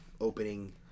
opening